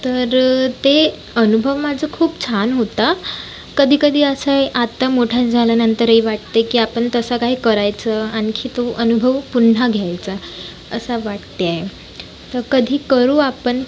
तर ते अनुभव माझं खूप छान होता कधी कधी असं आहे आत्ता मोठा झाल्यानंतरही वाटते की आपण तसा काही करायचं आणखी तो अनुभव पुन्हा घ्यायचा असा वाटते आहे तर कधी करू आपण